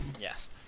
Yes